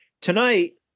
Tonight